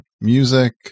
music